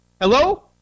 Hello